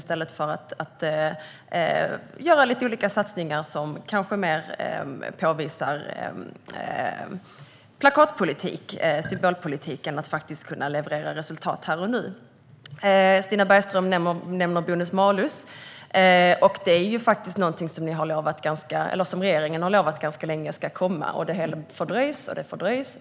Vi ägnar oss inte åt satsningar på plakatpolitik och symbolpolitik i stället för att leverera resultat här och nu. Stina Bergström nämner bonus-malus. Regeringen har länge lovat att det ska komma, men det fördröjs och fördröjs.